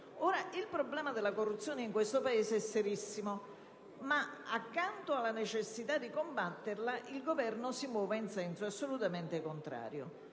Il problema della corruzione in questo Paese è serissimo, ma a fronte della necessità di combatterla il Governo si muove in senso assolutamente contrario: